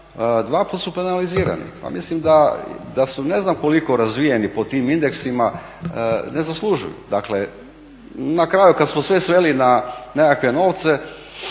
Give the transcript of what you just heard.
dvaput su penalizirani pa mislim da su ne znam koliko razvijeni po tim indeksima ne zaslužuju. Dakle na kraju kada smo sve sveli na nekakve novce